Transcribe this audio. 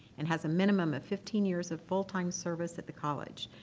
and has a minimum of fifteen years of full time service at the college.